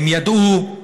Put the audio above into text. הם ידעו,